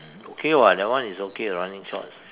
okay [what] that one is okay running shorts